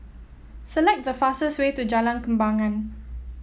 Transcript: select the fastest way to Jalan Kembangan